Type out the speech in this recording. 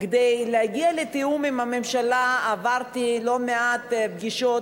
כדי להגיע לתיאום עם הממשלה עברתי לא מעט פגישות